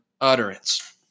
utterance